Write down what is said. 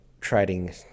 trading